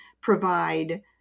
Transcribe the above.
provide